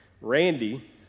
Randy